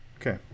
okay